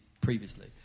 previously